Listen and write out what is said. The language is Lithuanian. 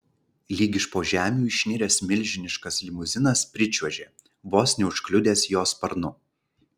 lyg iš po žemių išniręs milžiniškas limuzinas pričiuožė vos neužkliudęs jo sparnu